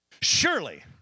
surely